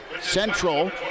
Central